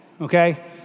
okay